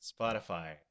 Spotify